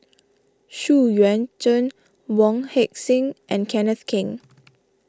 Xu Yuan Zhen Wong Heck Sing and Kenneth Keng